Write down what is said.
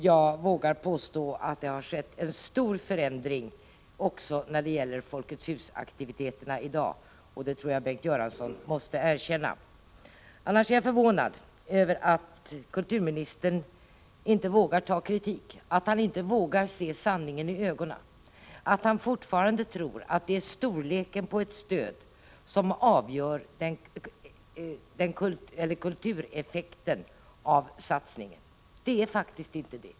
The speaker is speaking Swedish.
Jag vågar påstå att det har skett en stor förändring också när det gäller Folkets hus-aktiviteterna i dag, och det måste nog Bengt Göransson erkänna. Jag är förvånad över att kulturministern inte vågar ta kritik, inte vågar se sanningen i ögonen. Han tror fortfarande att det är storleken på ett stöd som avgör kultureffekten av satsningen, men det är det faktiskt inte.